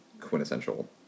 quintessential